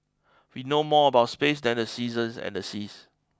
we know more about space than the seasons and the seas